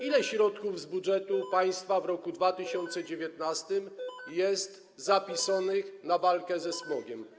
Ile środków z budżetu państwa w roku 2019 jest zapisanych na walkę ze smogiem?